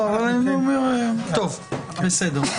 בסדר.